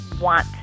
want